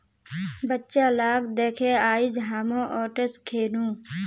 बच्चा लाक दखे आइज हामो ओट्स खैनु